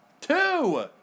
Two